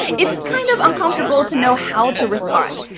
it's kind of uncomfortable to know how to respond.